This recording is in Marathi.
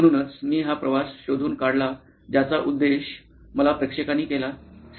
म्हणूनच मी हा प्रवास शोधून काढला ज्याचा उद्देश माझ्या प्रेक्षकांनी केला